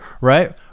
right